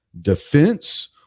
defense